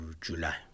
July